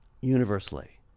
universally